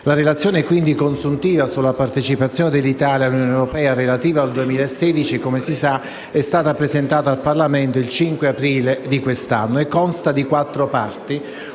La relazione consuntiva sulla partecipazione dell'Italia all'Unione europea relativa al 2016, come si sa, è stata presentata al Parlamento il 5 aprile di quest'anno e consta di quattro parti.